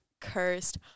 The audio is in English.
cursed